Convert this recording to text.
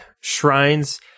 shrines